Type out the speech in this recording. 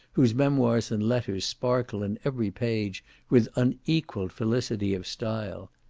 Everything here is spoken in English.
whose memoirs and letters sparkle in every page with unequalled felicity of style.